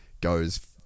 goes